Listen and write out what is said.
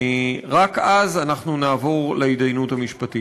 רק אז נעבור להידיינות המשפטית.